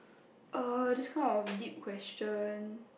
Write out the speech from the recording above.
err this kind of deep question